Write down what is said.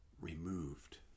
removed